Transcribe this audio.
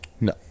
no